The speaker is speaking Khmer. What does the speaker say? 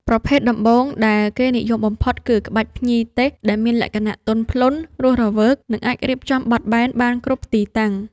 ប្រភេទដំបូងដែលគេនិយមបំផុតគឺ ក្បាច់ភ្ញីទេស ដែលមានលក្ខណៈទន់ភ្លន់ រស់រវើក និងអាចរៀបចំបត់បែនបានគ្រប់ទីតាំង។